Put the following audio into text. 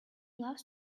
loves